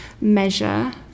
measure